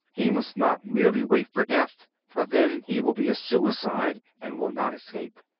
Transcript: he must not merely wait for death, for then he will be a suicide, and will not escape.